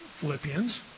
Philippians